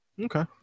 okay